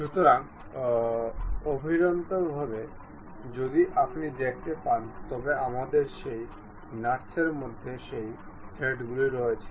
সুতরাং অভ্যন্তরীণভাবে যদি আপনি দেখতে পান তবে আমাদের সেই নাটসের মধ্যে সেই থ্রেডগুলি রয়েছে